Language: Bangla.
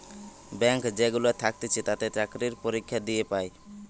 ব্যাঙ্ক যেগুলা থাকতিছে তাতে চাকরি পরীক্ষা দিয়ে পায়